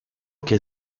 que